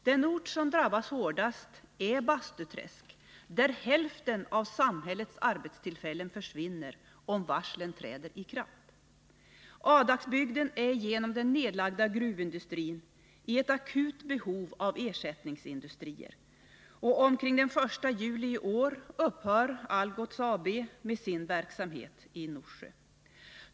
Den ort som drabbats hårdast är Bastuträsk, där hälften av samhällets arbetstillfällen försvinner om varslen träder i kraft. Adakbygden är genom den nedlagda gruvindustrin i ett akut behov av ersättningsindustrier, och omkring den 1 juli i år upphör Algots Nord AB med sin verksamhet i Norsjö.